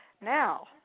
now